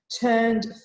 turned